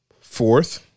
fourth